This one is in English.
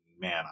man